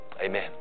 Amen